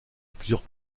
plusieurs